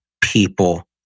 people